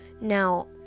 now